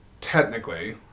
technically